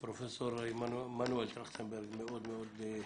לציין שפרופסור מנואל טרכטנברג, שלא אתנו היום,